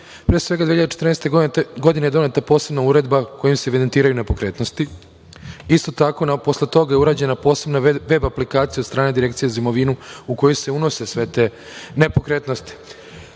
Pre svega, 2014. godine je doneta posebna Uredba kojom se evidentiraju nepokretnosti, isto tako posle toga je urađena posebna veb aplikacija od strane Direkcije za imovinu u koju se unose sve te nepokretnosti. Poseban